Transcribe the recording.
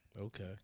okay